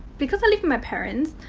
because i live with my parents,